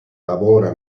lavora